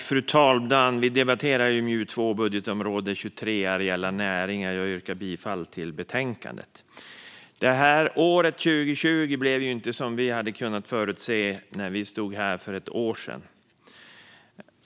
Fru talman! Vi debatterar nu MJU2 Utgiftsområde 23 Areella näringar , och jag yrkar bifall till förslaget i betänkandet. År 2020 blev inte som vi förutsåg när vi stod här för ett år sedan.